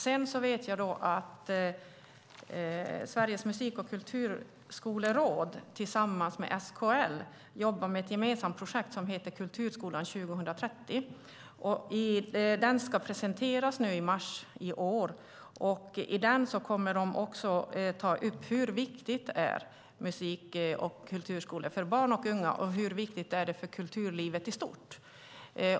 Jag vet att Sveriges Musik och Kulturskoleråd tillsammans med SKL jobbar med ett gemensamt projekt som heter Kulturskola 2030. Det ska presenteras nu i mars, och där kommer de att ta upp hur viktiga musik och kulturskolor är för barn och unga och hur viktiga de är för kulturlivet i stort.